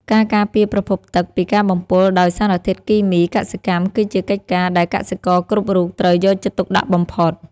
ការការពារប្រភពទឹកពីការបំពុលដោយសារធាតុគីមីកសិកម្មគឺជាកិច្ចការដែលកសិករគ្រប់រូបត្រូវយកចិត្តទុកដាក់បំផុត។